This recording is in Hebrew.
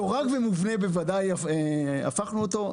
למדורג ומובנה בוודאי הפכנו אותו.